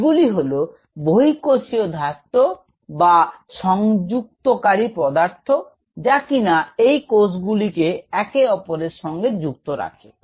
এগুলি হল বহিঃকোষীয় ধাত্র বা সংযুক্তকারী পদার্থ যা কিনা এই কোষগুলিকে একে অপরের সঙ্গে যুক্ত রাখে